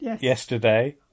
yesterday